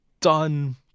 Done